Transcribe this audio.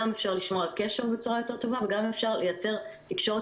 גם אפשר לשמור על קשר בצורה יותר טובה וגם אפשר לייצר תקשורת